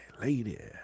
Lady